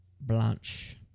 Blanche